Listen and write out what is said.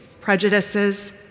prejudices